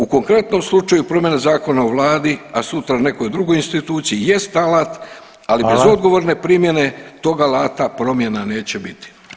U konkretnom slučaju promjena Zakona o Vladi, a sutra nekoj drugoj instituciji jest alat, ali bez odgovorne primjene [[Upadica Reiner: Hvala.]] tog alata promjena neće biti.